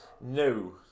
No